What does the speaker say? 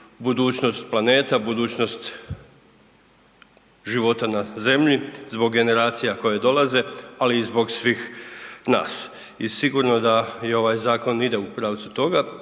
budućnost planeta budućnost života na Zemlji zbog generacija koje dolaze, ali i zbog svih nas. I sigurno da ovaj zakon ide u pravcu toga,